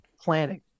planning